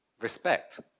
respect